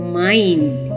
mind